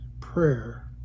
prayer